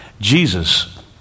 Jesus